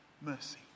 mercy